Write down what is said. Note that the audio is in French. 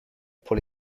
pour